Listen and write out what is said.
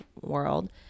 world